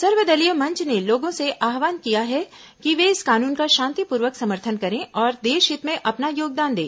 सर्वदलीय मंच ने लोगों से आह्वान किया है कि वे इस कानून का शांतिपूर्वक समर्थन करें और देशहित में अपना योगदान दें